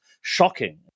shocking